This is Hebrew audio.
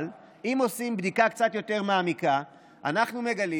אבל אם עושים בדיקה קצת יותר מעמיקה אנחנו מגלים